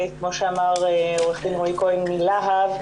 כמו שאמר עורך דין רועי כהן מלהב,